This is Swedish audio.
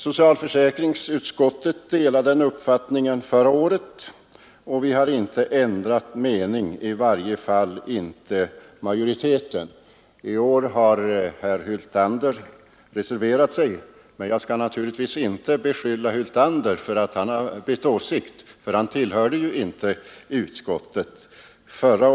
Socialförsäkringsutskottet delade den uppfattningen förra året och vi har inte ändrat mening nu — i varje fall inte utskottets majoritet. I år har herr Hyltander reserverat sig, men jag skall inte beskylla honom för att ha bytt åsikt. Han tillhörde nämligen inte utskottet i fjol.